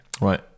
right